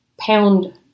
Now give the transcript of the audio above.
pound